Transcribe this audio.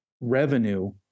revenue